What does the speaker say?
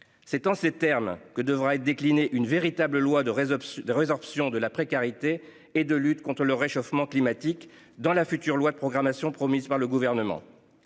C'est en ces termes que devra être décliné une véritable loi de réseaux de résorption de la précarité et de lutte contre le réchauffement climatique dans la future loi de programmation promise par le gouvernement.